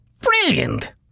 Brilliant